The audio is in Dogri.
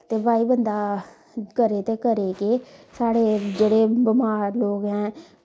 ते भाई बंदा करे ते करे केह् साढ़े जेह्ड़े बमार लोग ऐं